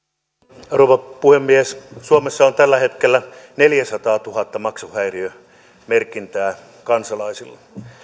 arvoisa rouva puhemies suomessa on tällä hetkellä neljäsataatuhatta maksuhäiriömerkintää kansalaisilla